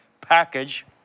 package